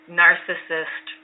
narcissist